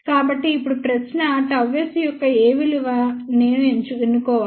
కాబట్టి ఇప్పుడు ప్రశ్న ΓS యొక్క ఏ విలువ నేను ఎన్నుకోవాలి